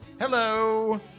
Hello